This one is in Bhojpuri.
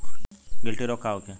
गिलटी रोग का होखे?